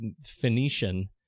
Phoenician